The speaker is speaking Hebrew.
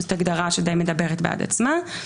זאת הגדרה שדי מדברת בעד עצמה.